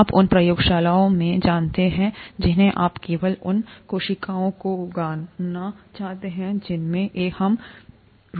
आप उन प्रयोगशालाओं में जानते हैं जिन्हें आप केवल उन कोशिकाओं को उगाना चाहते हैं जिनमें हम रुचि रखते हैं